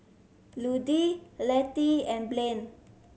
Ludie Lettie and Blain